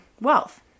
wealth